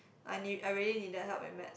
I need I really needed help at maths